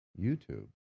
YouTube